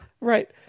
right